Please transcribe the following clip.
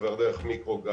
עובר דרך מיקרוגל,